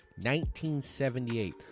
1978